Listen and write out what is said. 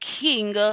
king